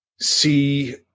see